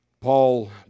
Paul